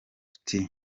tuty